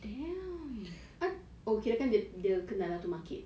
damn oh kirakan dia dia kenal tu market